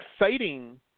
exciting